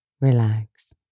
relax